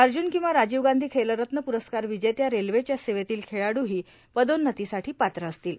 अर्जुन किंवा राजीव गांधी खेलरत्न पुरस्कार विजेत्या रेल्वेच्या सेवेतील खेळाडूही पदोनन्नतीसाठी पात्र असतील